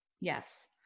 Yes